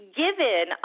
given